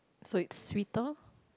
so it's sweeter